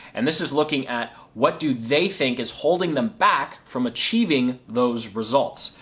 and this is looking at what do they think is holding them back from achieving those results.